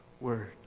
Word